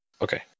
okay